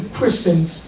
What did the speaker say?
Christians